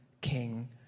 king